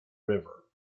river